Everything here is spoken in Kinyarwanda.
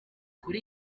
kuri